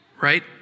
right